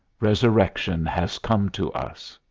resurrection has come to us.